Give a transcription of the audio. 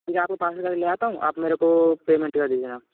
ठीक है आपको मैं पार्सल करके ले आता हूँ आप मेरे को पेमेन्ट कर दीजिएगा